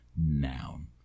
Noun